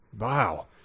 wow